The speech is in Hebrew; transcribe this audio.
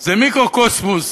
זה מיקרוקוסמוס